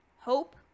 hope